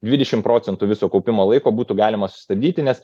dvidešimt procentų viso kaupimo laiko būtų galima susistabdyti nes